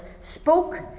spoke